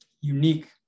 unique